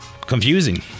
confusing